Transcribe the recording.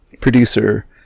producer